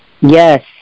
Yes